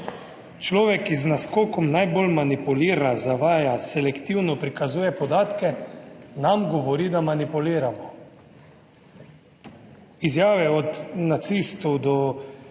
Človek, ki z naskokom najbolj manipulira, zavaja, selektivno prikazuje podatke nam govori, da manipuliramo. Izjave od nacistov do ne